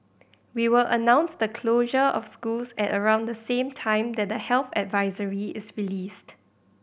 we will announce the closure of schools at around the same time that the health advisory is released